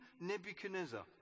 Nebuchadnezzar